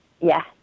Yes